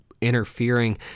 interfering